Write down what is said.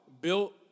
built